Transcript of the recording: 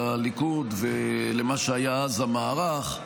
לליכוד ולמה שהיה אז המערך.